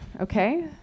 okay